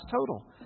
total